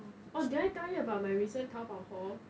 oh did I tell you about my recent 淘宝 haul